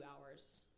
hours